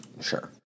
Sure